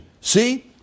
See